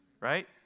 right